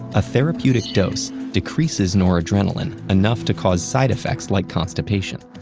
a therapeutic dose decreases noradrenaline enough to cause side effects like constipation.